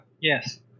Yes